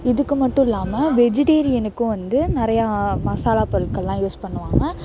இதுக்கு மட்டும் இல்லாமல் வெஜிடேரியனுக்கும் வந்து நிறையா மசாலா பொருட்கள்லாம் யூஸ் பண்ணுவாங்க